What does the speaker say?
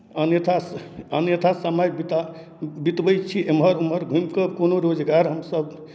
अन्यथा अन्यथा समय बिता बितबै छी एम्हर ओम्हर घूमि कऽ कोनो रोजगार हमसभ